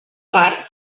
part